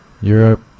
Europe